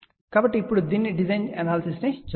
కాబట్టి ఇప్పుడు దీని డిజైన్ మరియు అనాలసిస్ లను చూద్దాం